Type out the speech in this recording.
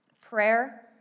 Prayer